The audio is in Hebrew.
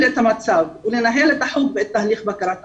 את המצב ולנהל את החוג ואת תהליך בקרת האיכות.